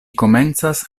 komencas